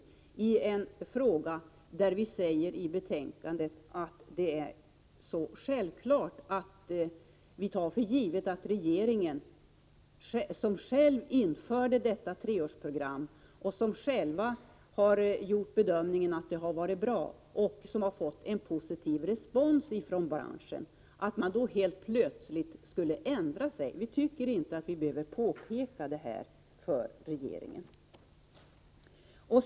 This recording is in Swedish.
Vi förklarar i betänkandet att vi tar för givet att regeringen, som själv införde detta treårsprogram och som själv har gjort bedömningen att det har varit bra och fått en positiv respons från branschen, inte helt plötsligt skall ändra sig. Vi tycker inte att vi behöver påpeka detta för regeringen.